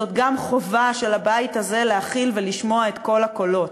זאת גם חובה של הבית הזה להכיל ולשמוע את כל הקולות.